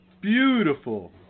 beautiful